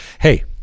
Hey